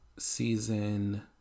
season